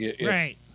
Right